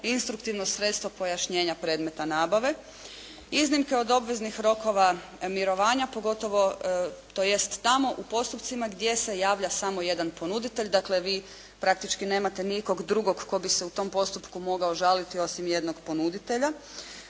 instruktivno sredstvo pojašnjenja predmeta nabave, iznimke od obveznih rokova mirovanja pogotovo tj. tamo u postupcima gdje se javlja samo jedan ponuditelj. Dakle vi praktički nemate nikog drugog tko bi se u tom postupku mogao žaliti osim jednog ponuditelja,